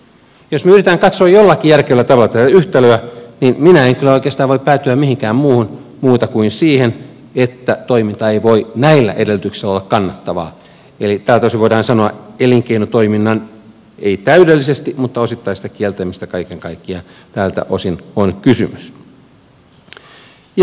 jos me yritämme katsoa jollakin järkevällä tavalla tätä yhtälöä niin minä en kyllä oikeastaan voi päätyä mihinkään muuhun kuin siihen että toiminta ei voi näillä edellytyksillä olla kannattavaa eli tältä osin voidaan sanoa että elinkeinotoiminnan ei täydellisestä mutta osittaisesta kieltämisestä kaiken kaikkiaan tältä osin on kysymys